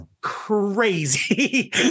crazy